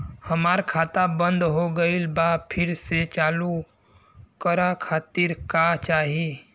हमार खाता बंद हो गइल बा फिर से चालू करा खातिर का चाही?